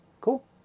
Cool